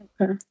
Okay